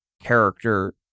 character